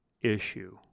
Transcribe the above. issue